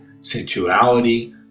sensuality